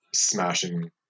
Smashing